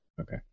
Okay